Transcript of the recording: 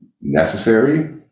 necessary